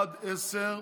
בעד, עשרה,